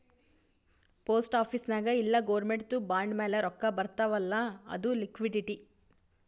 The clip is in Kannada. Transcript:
ಪೋಸ್ಟ್ ಆಫೀಸ್ ನಾಗ್ ಇಲ್ಲ ಗೌರ್ಮೆಂಟ್ದು ಬಾಂಡ್ ಮ್ಯಾಲ ರೊಕ್ಕಾ ಬರ್ತಾವ್ ಅಲ್ಲ ಅದು ಲಿಕ್ವಿಡಿಟಿ